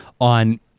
on